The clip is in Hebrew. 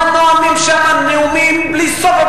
מה נואמים שם נאומים בלי סוף,